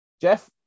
Jeff